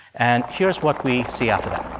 and here's what we see after that